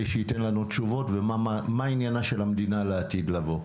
שייתן לנו תשובות ומה עניינה של המדינה לעתיד לבוא.